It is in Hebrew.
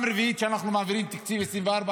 הרביעית שאנחנו מעבירים את תקציב 2024,